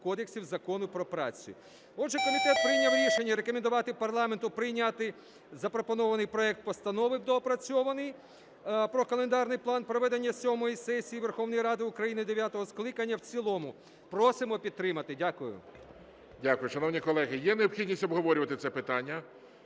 Кодексу законів про працю. Отже, комітет прийняв рішення рекомендувати парламенту прийняти запропонований проект Постанови (доопрацьований) про календарний план проведення сьомої сесії Верховної Ради України дев'ятого скликання в цілому. Просимо підтримати. Дякую. ГОЛОВУЮЧИЙ. Дякую. Шановні колеги, є необхідність обговорювати це питання?